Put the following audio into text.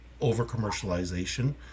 over-commercialization